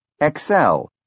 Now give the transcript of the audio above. Excel